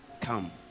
come